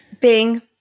Bing